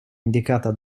indicata